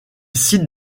cite